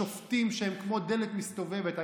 בשופטים שהם כמו דלת מסתובבת.